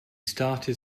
started